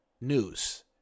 news